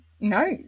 No